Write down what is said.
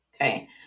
Okay